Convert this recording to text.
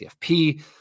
CFP